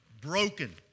broken